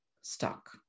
stuck